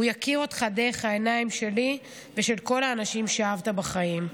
הוא יכיר אותך דרך העיניים שלי ושל כל האנשים שאהבת בחיים.